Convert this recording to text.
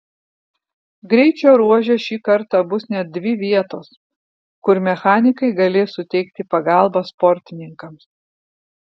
greičio ruože šį kartą bus net dvi vietos kur mechanikai galės suteikti pagalbą sportininkams